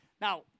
Now